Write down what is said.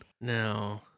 no